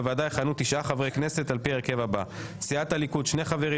בוועדה יכהנו תשעה חברי כנסת על פי ההרכב הבא: סיעת הליכוד שני חברים,